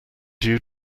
due